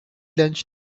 lunch